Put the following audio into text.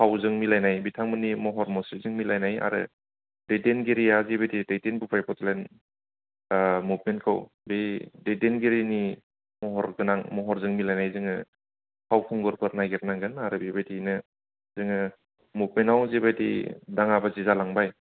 फावजों मिलायनाय बिथांमोननि महर मुस्रिजों मिलायनाय आरो दैदेनगिरिया जिबायदि दैदेनबोबाय बड'लेण्ड मुभमेन्टखौ बै दैदेनगिरिनि महर गोनां महरजों मिलायनाय जोङो फावखुंगुरफोर नायगिर नांगोन आरो बेबायदियैनो जोङो मुभमेन्टआव जिबायदि दाङाबाजि जालांबाय